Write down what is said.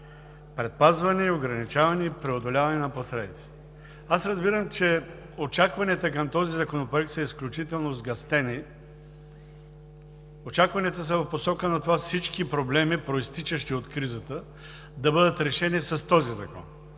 предпазване, ограничаване и преодоляване на последиците. Аз разбирам, че очакванията към този законопроект са изключително сгъстени. Очакванията са в посока на това всички проблеми, произтичащи от кризата, да бъдат решени с този закон.